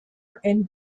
and